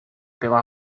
pela